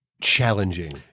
challenging